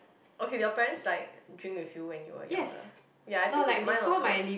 okay did your parents like drink with you when you were younger ya I think mine also